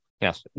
Yes